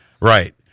right